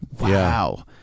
wow